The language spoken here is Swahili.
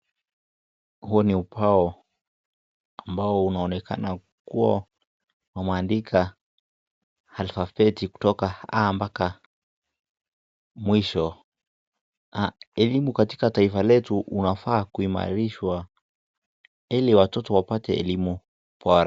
Huu ni ubao ambao unaonekana kua wameandika alfabeti kutoka A mpaka mwisho. Elimu katika taifa letu unafaa kuimarishwa ili watoto wapate elimu bora.